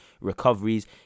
recoveries